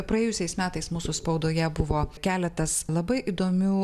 praėjusiais metais mūsų spaudoje buvo keletas labai įdomių